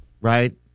right